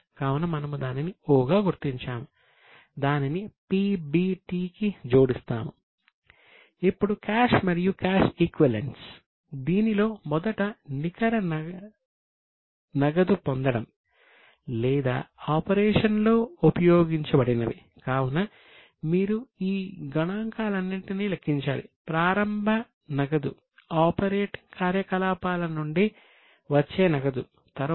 కావున మనము దానిని 'O' గా గుర్తించాము దానిని PBT కి జోడిస్తాము